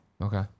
Okay